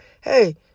hey